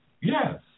Yes